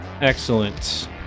excellent